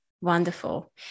Wonderful